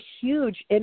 huge